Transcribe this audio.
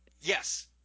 Yes